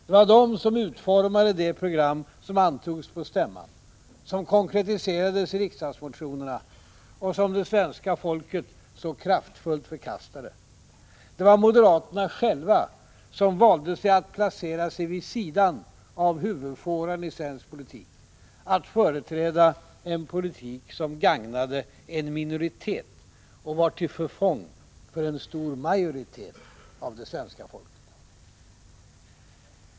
Det var de som utformade det program som antogs på stämman, som konkretiserades i riksdagsmotionerna — och som svenska folket så kraftfullt förkastade. Det var moderaterna själva som valde att placera sig vid sidan av huvudfåran i svensk politik, att företräda en politik som gagnade en minoritet och var till förfång för en stor majoritet av det svenska folket.